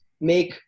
make –